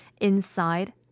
Inside